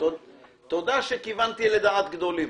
תודה שכיוונתי לדעת גדולים.